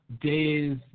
days